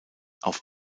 auf